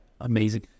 amazing